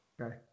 Okay